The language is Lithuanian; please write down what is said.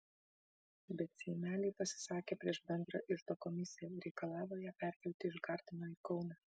bet seimeliai pasisakė prieš bendrą iždo komisiją reikalavo ją perkelti iš gardino į kauną